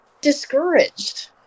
discouraged